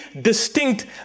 distinct